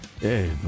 Hey